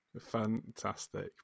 Fantastic